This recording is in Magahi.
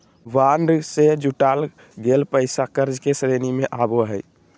बॉन्ड से जुटाल गेल पैसा कर्ज के श्रेणी में आवो हइ